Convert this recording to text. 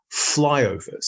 flyovers